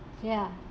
ya